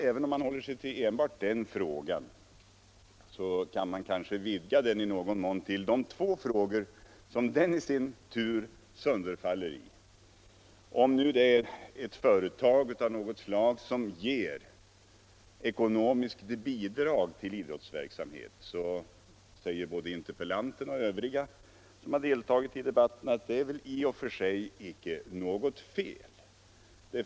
Även om man håller sig till enbart den frågan kan man vidga den i någon mån till att gälla de två frågor som den i sin tur sönderfaller i. Om ett företag av något slag ger ekonomiskt bidrag till idrottsverksamhet är det, säger såväl interpellanten som övriga som deltagit i debatten, i och för sig icke något fel i det.